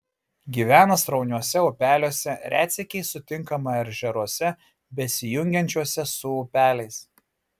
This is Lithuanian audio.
gyvena srauniuose upeliuose retsykiais sutinkama ežeruose besijungiančiuose su upeliais